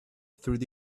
through